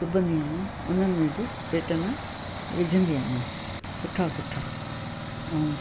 सिबंदी आहियां उन्हनि में बि पेटर्न विझंदी आहियां सुठा सुठा ऐं